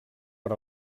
per